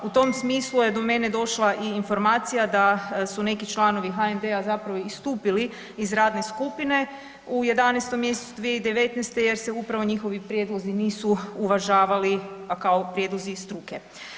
U tom smislu je do mene došla i informacija i da su neki članovi HND-a zapravo istupili iz radne skupine u 11. mjesecu 2019., jer se upravo njihovi prijedlozi nisu uvažavali, a kao prijedlozi struke.